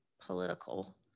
political